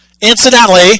Incidentally